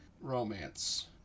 Romance